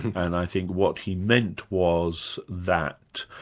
and i think what he meant was that